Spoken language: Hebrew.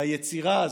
ליצירה הזאת,